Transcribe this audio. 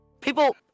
people